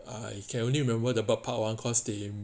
I can only remember the bird park because they